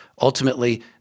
Ultimately